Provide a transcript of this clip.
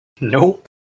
Nope